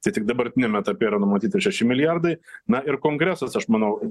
tai tik dabartiniam etape yra numatyta šeši milijardai na ir kongresas aš manau